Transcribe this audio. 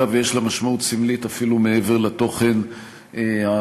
ויש לה משמעות סמלית אפילו מעבר לתוכן הפשוט,